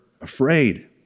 afraid